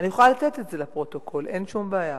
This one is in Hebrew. אני יכולה לתת את זה לפרוטוקול, אין שום בעיה,